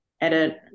edit